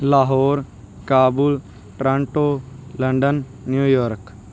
Lahore Kabul Toronto London New York